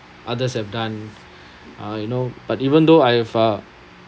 others have done uh you know but even though I have uh